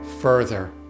further